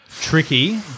Tricky